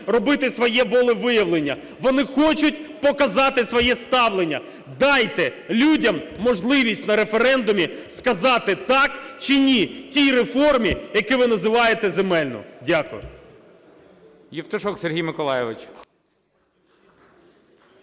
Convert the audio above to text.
робити своє волевиявлення? Вони хочуть показати своє ставлення. Дайте людям можливість на референдумі сказати "так" чи "ні" тій реформі, яку ви називаєте земельна. Дякую.